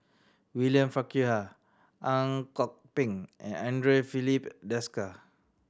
William Farquhar Ang Kok Peng and Andre Filipe Desker